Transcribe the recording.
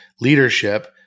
leadership